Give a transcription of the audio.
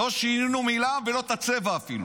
לא שינינו מילה, אפילו